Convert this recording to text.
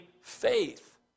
faith